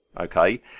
okay